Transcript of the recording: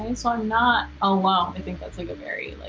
um so i'm not alone. i think that's like a very like